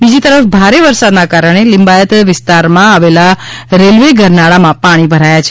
બીજી તરફ ભારે વરસાદના કારણે લિંબાયત વિસ્તારમાં આવેલા રેલવે ગરનાળામાં પાણી ભરાયા છે